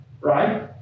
right